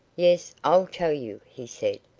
yes i'll tell you, he said.